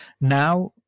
Now